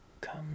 Come